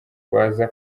baza